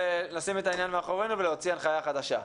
ולשים את העניין מאחורינו ולהוציא הנחיה חדשה.